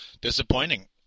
disappointing